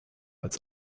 als